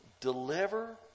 Deliver